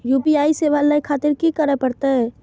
UPI सेवा ले खातिर की करे परते?